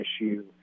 issue